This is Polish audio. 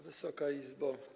Wysoka Izbo!